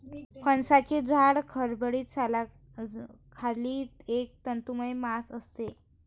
फणसाच्या जाड, खडबडीत सालाखाली एक तंतुमय मांस असते